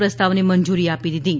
પ્રસ્તાવને મંજુરી આપી દીધી છે